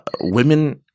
women